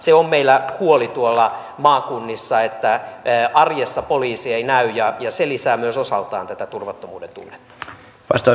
se on meillä huoli tuolla maakunnissa että arjessa poliisi ei näy ja se lisää myös osaltaan tätä turvattomuuden tunnetta